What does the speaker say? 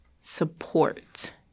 support